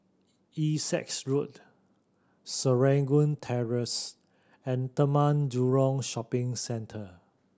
Essex Road Serangoon Terrace and Taman Jurong Shopping Centre